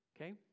Okay